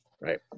right